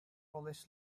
always